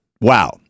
wow